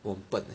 可是 hor 我很笨 leh